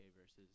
versus